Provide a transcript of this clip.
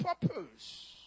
purpose